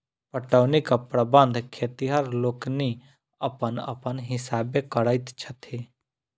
पटौनीक प्रबंध खेतिहर लोकनि अपन अपन हिसाबेँ करैत छथि